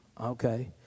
okay